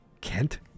Kent